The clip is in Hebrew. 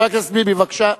חבר הכנסת ביבי, בבקשה.